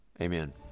Amen